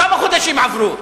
כמה חודשים עברו?